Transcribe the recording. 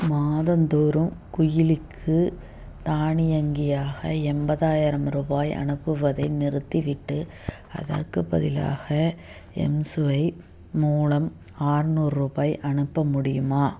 மாதந்தோறும் குயிலிக்கு தானியங்கியாக எண்பதாயிரம் ரூபாய் அனுப்புவதை நிறுத்திவிட்டு அதற்கு பதிலாக எம்ஸ்வைப் மூலம் ஆறுநூறு ரூபாய் அனுப்ப முடியுமா